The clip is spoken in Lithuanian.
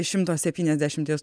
iš šimto septyniasdešimties